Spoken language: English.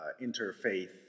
interfaith